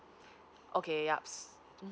okay yup uh mm